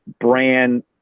brand